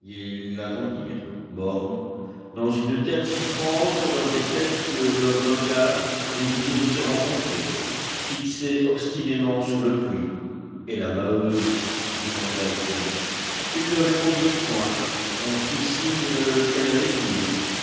l'attendirent mornes dans une telle souffrance de leur défaite que leurs regards évitaient de se rencontrer fixés obstinément sur le puits et la maheude demanda étienne ils ne répondirent point un fit signe qu'elle allait venir